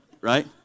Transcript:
right